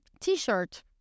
T-shirt